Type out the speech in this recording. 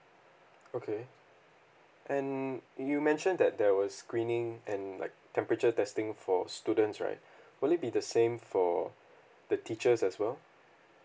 okay and you mentioned that there was screening and like temperature testing for students right will it be the same for the teachers as well